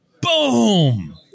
Boom